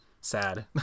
sad